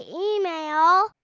email